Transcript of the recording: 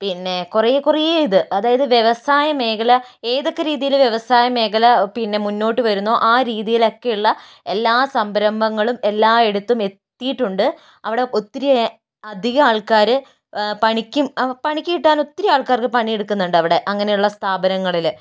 പിന്നെ കുറെ കുറെ ഇത് അതായത് വ്യവസായ മേഖല ഏതൊക്കെ രീതിയില് വ്യവസായ മേഖല പിന്നെ മുന്നോട്ട് വരുന്നു ആ രീതിയില് ഒക്കെയുള്ള എല്ലാ സംഭ്രമങ്ങളും എല്ലാ ഇടത്തും എത്തിയിട്ടുണ്ട് അവിടെ ഒത്തിരി അതികം ആൾക്കാര് പണിക്കും പണിക്ക് കിട്ടാൻ ഒത്തിരി ആൾക്കാർക്ക് പണിയെടുക്കുന്നുണ്ട് അവിടെ അങ്ങനെയുള്ള സ്ഥാപനങ്ങളിൽ